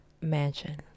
mansion